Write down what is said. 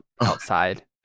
outside